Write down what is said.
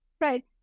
Right